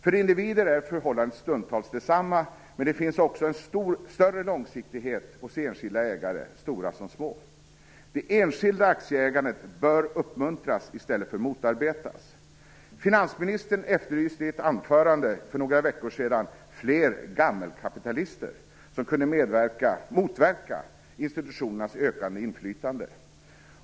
För individer är förhållandet stundtals detsamma, men det finns också en större långsiktighet hos enskilda ägare - stora som små. Det enskilda aktieägandet bör uppmuntras i stället för motarbetas. Finansministern efterlyste i ett anförande för några veckor sedan fler gammelkapitalister, som kunde motverka institutionernas ökande inflytande.